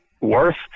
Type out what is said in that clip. Worth